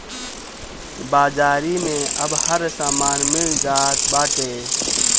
बाजारी में अब हर समान मिल जात बाटे